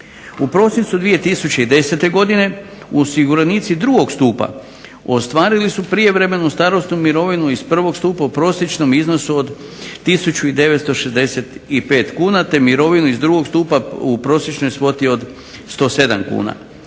U prosincu 2010. godine osiguranici drugog stupa ostvarili su prijevremenu starosnu mirovinu iz prvog stupa u prosječnom iznosu od tisuću 965 kuna te mirovinu iz drugog stupa u prosječnoj svoti od 107 kuna.